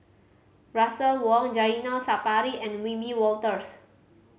Russel Wong Zainal Sapari and Wiebe Wolters